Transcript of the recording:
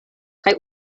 kaj